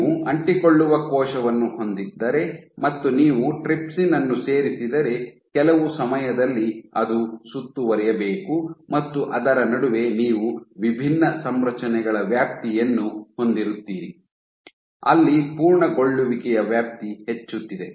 ನೀವು ಅಂಟಿಕೊಳ್ಳುವ ಕೋಶವನ್ನು ಹೊಂದಿದ್ದರೆ ಮತ್ತು ನೀವು ಟ್ರಿಪ್ಸಿನ್ ಅನ್ನು ಸೇರಿಸಿದರೆ ಕೆಲವು ಸಮಯದಲ್ಲಿ ಅದು ಸುತ್ತುವರಿಯಬೇಕು ಮತ್ತು ಅದರ ನಡುವೆ ನೀವು ವಿಭಿನ್ನ ಸಂರಚನೆಗಳ ವ್ಯಾಪ್ತಿಯನ್ನು ಹೊಂದಿರುತ್ತೀರಿ ಅಲ್ಲಿ ಪೂರ್ಣಗೊಳ್ಳುವಿಕೆಯ ವ್ಯಾಪ್ತಿ ಹೆಚ್ಚುತ್ತಿದೆ